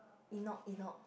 Innok Innok